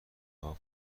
هاش